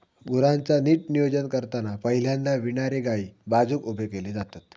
गुरांचा नीट नियोजन करताना पहिल्यांदा विणारे गायी बाजुक उभे केले जातत